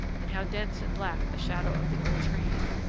and how dense and black the shadow of the old trees!